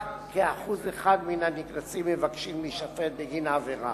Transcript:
רק כ-1% מהנקנסים מבקשים להישפט בגין העבירה.